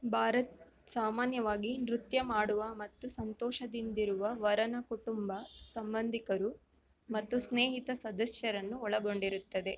ಬಾರಾತ್ ಸಾಮಾನ್ಯವಾಗಿ ನೃತ್ಯ ಮಾಡುವ ಮತ್ತು ಸಂತೋಷದಿಂದಿರುವ ವರನ ಕುಟುಂಬ ಸಂಬಂಧಿಕರು ಮತ್ತು ಸ್ನೇಹಿತ ಸದಸ್ಯರನ್ನು ಒಳಗೊಂಡಿರುತ್ತದೆ